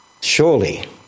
Surely